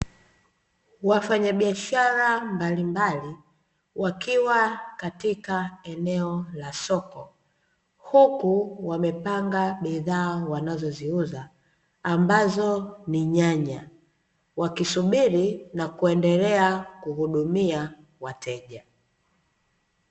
Wafanyabiashara mbalimbali wakiwa katika eneo la soko huku wamepanga bidhaa wanazoziuza ambazo ni nyanya. Wakisubiri na kuendelea kuhudumia wateja.